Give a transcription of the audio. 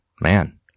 man